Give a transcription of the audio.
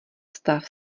stav